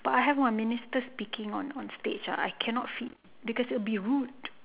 but I have my minister speaking on on stage ah I cannot feed because it would be rude